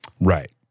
Right